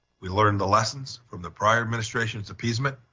we learned the lessons from the prior administration's appeasement,